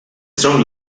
strong